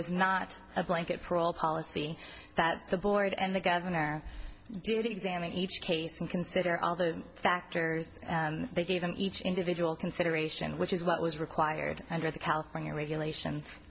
was not a blanket for all policy that the board and the governor did examine each case and consider all the factors they gave in each individual consideration which is what was required under the california regulations